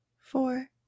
four